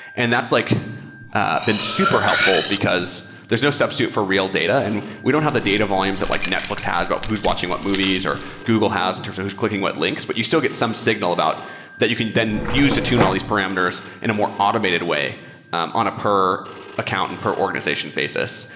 and that's like ah been super helpful, because there's no substitute for real data and we don't have the data volumes that like netflix has about who's watching what movies or google has in terms of jus clicking what links, but you still get some signal about that you can then use to tune all these parameters in a more automated way on a per account and per organization basis.